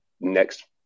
next